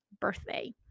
birthday